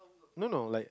no no like